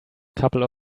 couple